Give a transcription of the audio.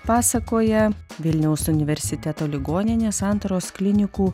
pasakoja vilniaus universiteto ligoninės santaros klinikų